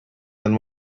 than